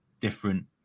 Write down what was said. different